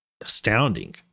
astounding